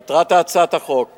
מטרת הצעת החוק